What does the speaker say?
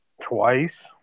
twice